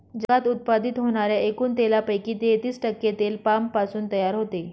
जगात उत्पादित होणाऱ्या एकूण तेलापैकी तेहतीस टक्के तेल पामपासून तयार होते